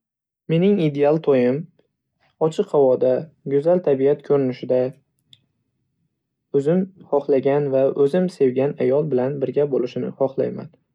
Mening ideal to'yim ochiq havoda, go'zal tabiat ko'rinishida, o'zim hohlagan va o'zim sevgan ayol bilan birga bo'lishini hohlayman.